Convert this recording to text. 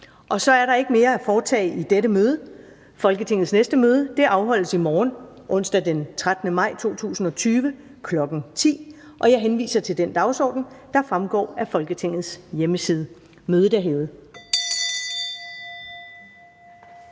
Så er der ikke mere at foretage i dette møde. Folketingets næste møde afholdes i morgen, onsdag den 13. maj 2020, kl. 10.00. Jeg henviser til den dagsorden, der fremgår af Folketingets hjemmeside. Mødet er hævet.